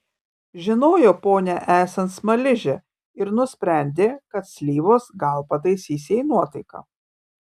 žinojo ponią esant smaližę ir nusprendė kad slyvos gal pataisys jai nuotaiką